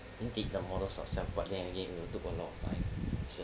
we did the models ourselves but then again it will take a lot of time so